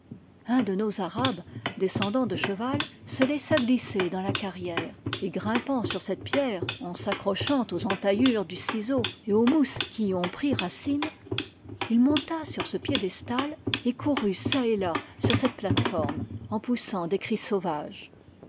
un de nos arabes descendant de cheval se laissa glisser dans la carrière et grimpant sur cette pierre en s'accrochant aux entaillures du ciseau et aux mousses qui y ont pris racine il monta sur ce piédestal et courut çà et là sur cette plate-forme en poussant des cris sauvages